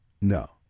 no